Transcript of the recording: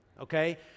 okay